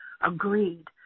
agreed